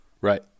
right